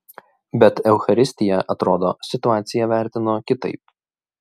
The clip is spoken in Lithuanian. bet eucharistija atrodo situaciją vertino kitaip